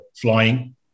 flying